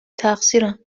تقصیرم